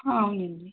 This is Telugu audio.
అవునండి